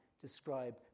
describe